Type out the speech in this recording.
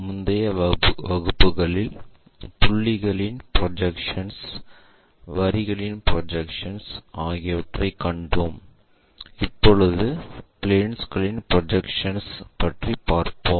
முந்தைய வகுப்புகளில் புள்ளிகளின் ப்ரொஜெக்ஷன்ஸ் வரிகளின் ப்ரொஜெக்ஷன்ஸ் ஆகியவற்றைக் கண்டோம் இப்போது பிளேன்களின் ப்ரொஜெக்ஷன்ஸ் பார்க்கப் போகிறோம்